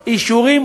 היושבת-ראש,